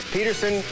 Peterson